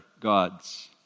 gods